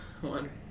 one